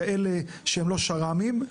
כאלה שהם לא שר"מים.